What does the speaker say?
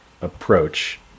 approach